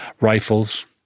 Rifles